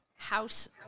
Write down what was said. house